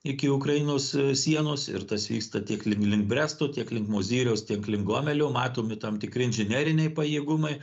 iki ukrainos sienos ir tas vyksta tiek link link bresto kiek link mozyriaus tiek link gomelio matomi tam tikri inžineriniai pajėgumai